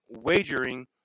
wagering